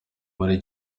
muri